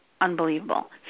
unbelievable